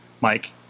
Mike